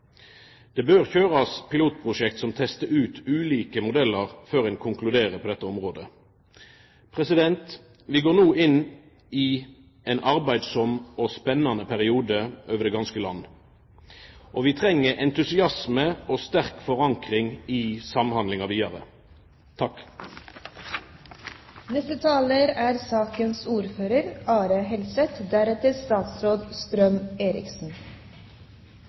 Det bør køyrast pilotprosjekt som testar ut ulike modellar før ein konkluderer på dette området. Vi går no inn i ein arbeidsam og spennande periode over det ganske land. Vi treng entusiasme og sterk forankring i samhandlinga vidare.